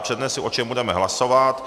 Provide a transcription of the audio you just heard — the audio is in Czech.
Přednesu, o čem budeme hlasovat.